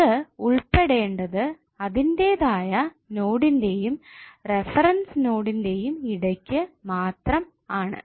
അത് ഉൾപ്പെടെണ്ടത് അതിന്റെതായ നോടിന്റെയും റഫറൻസ് നോടിന്റെയും ഇടയ്ക്കു മാത്രം ആണ്